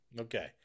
Okay